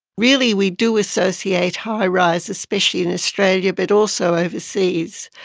really we do associate high-rise, especially in australia but also overseas,